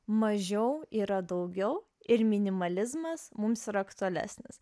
mažiau yra daugiau ir minimalizmas mums aktualesnis